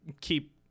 keep